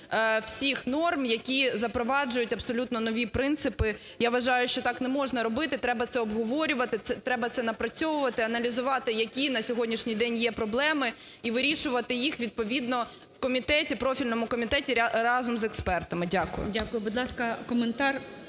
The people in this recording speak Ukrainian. всіх норм, які запроваджують абсолютно нові принципи. Я вважаю, що так не можна робити, треба це обговорювати, треба це напрацьовувати, аналізувати, які на сьогоднішній день є проблеми і вирішувати їх відповідно в комітеті, профільному комітеті разом з експертами. Дякую. ГОЛОВУЮЧИЙ. Дякую. Будь ласка, коментар